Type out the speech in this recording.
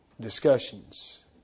discussions